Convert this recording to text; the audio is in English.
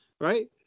Right